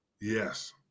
Yes